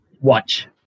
Watch